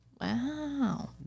Wow